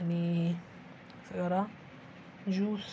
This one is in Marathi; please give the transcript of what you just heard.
आणि असं करा ज्यूस